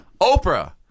Oprah